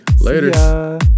Later